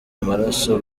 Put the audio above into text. amaraso